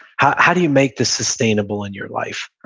how how do you make this sustainable in your life?